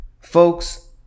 folks